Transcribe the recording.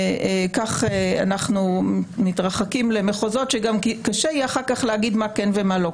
כך אנחנו מתרחקים למחוזות שגם קשה יהיה אחר כך להגיד מה כן ומה לא.